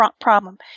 problem